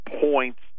points